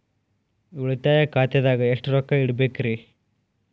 ಉಳಿತಾಯ ಖಾತೆದಾಗ ಎಷ್ಟ ರೊಕ್ಕ ಇಡಬೇಕ್ರಿ?